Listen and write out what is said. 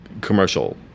commercial